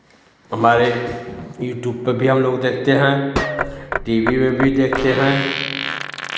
हमारे यूट्यूब पे भी हम लोग देखते हैं टी वी में भी देखते हैं